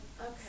okay